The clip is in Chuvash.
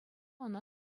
ӑна